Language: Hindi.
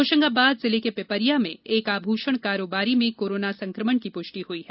होशंगाबाद जिले के पिपरिया में एक आभूषण कारोबारी में कोरोना संक्रमण की पुषिट हुई है